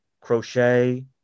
crochet